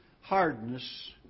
hardness